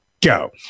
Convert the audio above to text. go